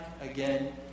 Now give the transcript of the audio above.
again